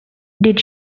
did